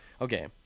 okay